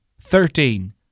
Thirteen